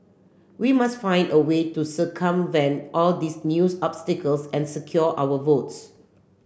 we must find a way to circumvent all these new obstacles and secure our votes